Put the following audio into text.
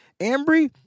ambry